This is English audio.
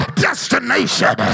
destination